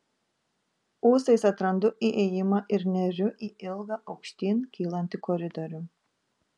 ūsais atrandu įėjimą ir neriu į ilgą aukštyn kylantį koridorių